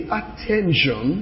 attention